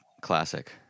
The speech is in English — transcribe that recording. Classic